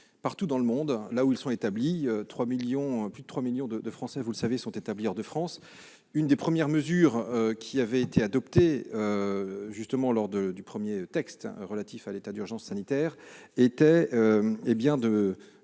partout dans le monde. Plus de 3 millions de Français, vous le savez, sont établis hors de France. Une des premières mesures qui avait été adoptée lors du premier texte relatif à l'état d'urgence sanitaire avait été